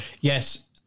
yes